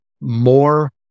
more